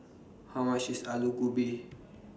How much IS Aloo Gobi